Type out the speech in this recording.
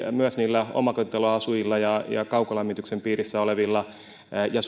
myös niiden omakotitaloasujien ja ja kaukolämmityksen piirissä olevien ja